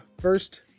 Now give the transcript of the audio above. first